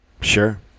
sure